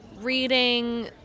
reading